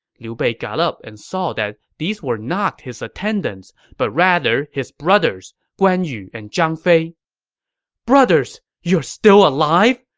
liu bei got up and saw that these were not his attendants, but rather his brothers, guan yu and zhang fei brothers! you're still alive!